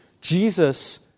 Jesus